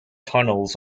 tunnels